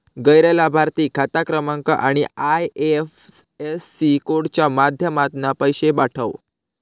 गैर लाभार्थिक खाता क्रमांक आणि आय.एफ.एस.सी कोडच्या माध्यमातना पैशे पाठव